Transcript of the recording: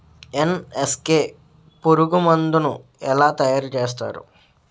NSK పురుగు మందు ను ఎలా తయారు చేస్తారు?